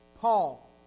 Paul